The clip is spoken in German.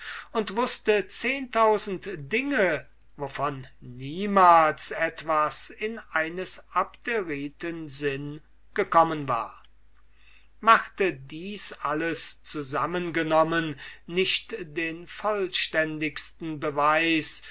und wußte zehntausend dinge wovon niemals etwas in eines abderiten sinn gekommen war machte dies alles zusammengenommen nicht den vollständigsten beweis